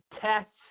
tests